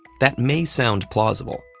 that may sound plausible.